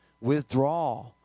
withdraw